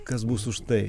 kas bus už tai